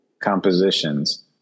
compositions